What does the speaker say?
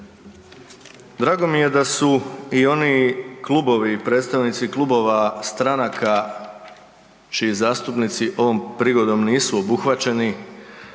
Drago mi je da su i oni klubovi, predstavnici klubova stranaka čiji zastupnici ovom prigodom nisu obuhvaćeni